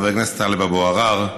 חבר הכנסת טלב אבו עראר,